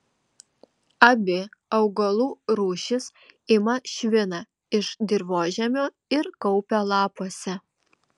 abi augalų rūšys ima šviną iš dirvožemio ir kaupia lapuose